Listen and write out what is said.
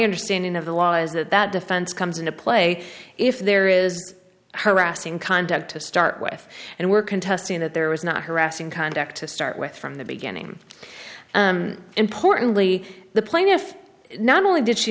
understanding of the law is that that defense comes into play if there is harassing conduct to start with and we're contesting that there was not harassing conduct to start with from the beginning importantly the plaintiff not only did she